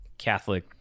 catholic